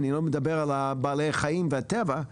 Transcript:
ואני לא מדבר על בעלי החיים והטבע,